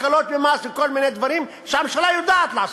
הקלות במס וכל מיני דברים שהממשלה יודעת לעשות.